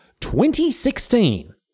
2016